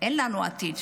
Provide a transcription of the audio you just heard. אין לנו עתיד,